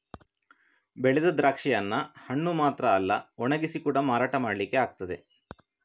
ಬೆಳೆದ ದ್ರಾಕ್ಷಿಯನ್ನ ಹಣ್ಣು ಮಾತ್ರ ಅಲ್ಲ ಒಣಗಿಸಿ ಕೂಡಾ ಮಾರಾಟ ಮಾಡ್ಲಿಕ್ಕೆ ಆಗ್ತದೆ